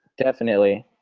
definitely,